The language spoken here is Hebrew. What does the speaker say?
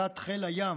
שלהקת חיל הים,